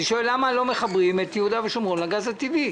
אני שואל למה לא מחברים את יהודה ושומרון לגז הטבעי.